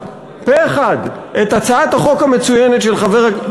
פה-אחד את הצעת החוק המצוינת של חבר הכנסת,